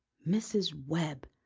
mrs. webb!